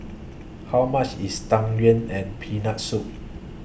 How much IS Tang Yuen and Peanut Soup